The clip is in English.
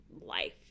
life